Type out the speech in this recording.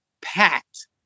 packed